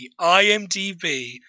IMDb